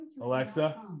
Alexa